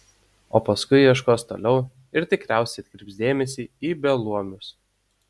o paskui ieškos toliau ir tikriausiai atkreips dėmesį į beluomius